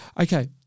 Okay